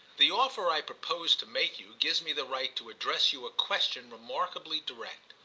the offer i propose to make you gives me the right to address you a question remarkably direct.